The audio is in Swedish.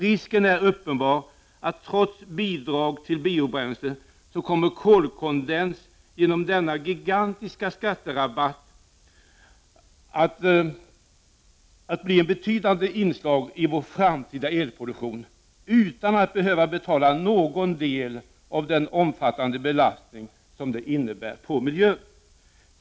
Risken är uppenbar att — trots bidrag till biobränsle — kolkondens genom denna gigantiska skatterabatt kommer att bli ett betydande inslag i vår framtida elproduktion, utan att man behöver betala någon del av den omfattande belastning som det innebär på vår miljö.